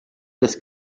des